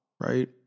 right